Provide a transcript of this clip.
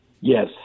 Yes